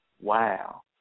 Wow